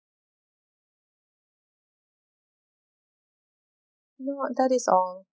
not that is all